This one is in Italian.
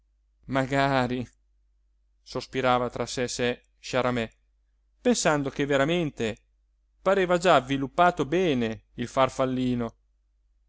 magari sospirava tra sé e sé sciaramé pensando che veramente pareva già avviluppato bene il farfallino